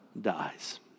dies